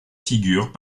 figurent